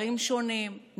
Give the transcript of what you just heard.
מגזרים שונים,